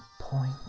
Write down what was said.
point